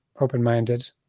open-minded